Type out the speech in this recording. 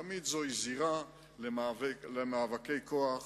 תמיד זו זירה למאבקי כוח,